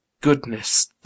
goodness